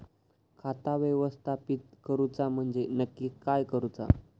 खाता व्यवस्थापित करूचा म्हणजे नक्की काय करूचा?